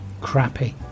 crappy